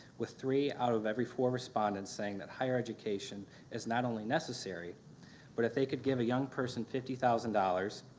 with three out of every four respondents saying that higher education is not only necessary but if they could give a young person fifty thousand dollars,